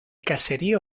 caserío